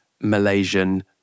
Malaysian